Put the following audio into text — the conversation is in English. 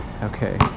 Okay